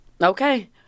Okay